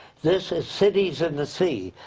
this is cities in the sea.